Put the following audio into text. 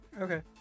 okay